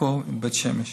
עכו ובית שמש.